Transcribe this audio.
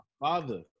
father